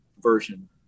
version